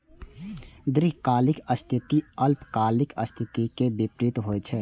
दीर्घकालिक स्थिति अल्पकालिक स्थिति के विपरीत होइ छै